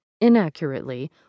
inaccurately